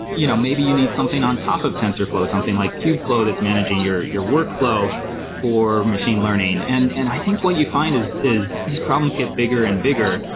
you know maybe you need something on top of tensorflow, something like cubeflow that's managing your your workflow for machine learning. and and i think what you find is is these problems get bigger and bigger,